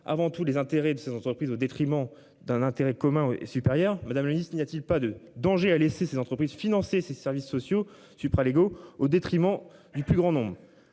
avant tout les intérêts de ces entreprises au détriment d'un intérêt commun et supérieur. Madame le ministre, il n'y a-t-il pas de danger a laissé ses entreprises financer ces services sociaux supra légaux au détriment du plus grand nombre